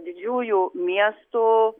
didžiųjų miestų